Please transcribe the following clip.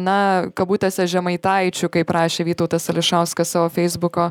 na kabutėse žemaitaičių kaip rašė vytautas ališauskas savo feisbuko